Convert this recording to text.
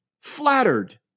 Flattered